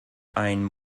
ein